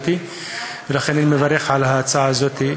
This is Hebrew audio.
ולכן אני מברך על ההצעה הזאת.